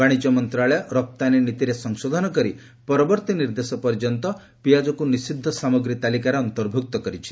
ବାଣିଜ୍ୟ ମନ୍ତ୍ରଣାଳୟ ରପ୍ତାନୀ ନୀତିରେ ସଂଶୋଧନ କରି ପରବର୍ତ୍ତୀ ନିର୍ଦ୍ଦେଶ ପର୍ଯ୍ୟନ୍ତ ପିଆଜକୁ ନିଷିଦ୍ଧ ସାମଗ୍ରୀ ତାଲିକାରେ ଅନ୍ତର୍ଭୁକ୍ତ କରିଛି